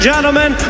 gentlemen